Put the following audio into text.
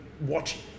watching